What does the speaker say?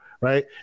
right